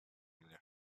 mnie